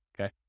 okay